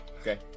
Okay